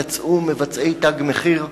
יצאו מבצעי "תג מחיר".